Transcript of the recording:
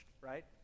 right